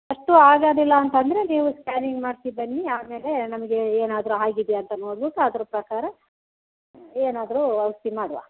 ಅಷ್ಟು ಆಗೋದಿಲ್ಲ ಅಂತಂದರೆ ನೀವು ಸ್ಕ್ಯಾನಿಂಗ್ ಮಾಡಿಸಿ ಬನ್ನಿ ಆಮೇಲೆ ನಮಗೆ ಏನಾದರು ಆಗಿದೆಯಾ ಅಂತ ನೋಡ್ಬಿಟ್ಟು ಅದ್ರ ಪ್ರಕಾರ ಏನಾದರು ಔಷಧಿ ಮಾಡುವ